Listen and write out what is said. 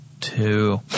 two